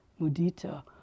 mudita